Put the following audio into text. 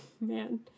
man